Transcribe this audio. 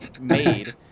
made